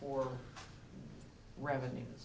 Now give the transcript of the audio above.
for revenues